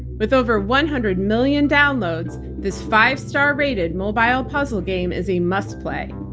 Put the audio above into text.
with over one hundred million downloads, this five-star rated mobile puzzle game is a must play.